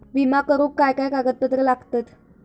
विमा करुक काय काय कागद लागतत?